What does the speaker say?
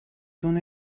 soon